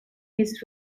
his